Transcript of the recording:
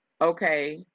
Okay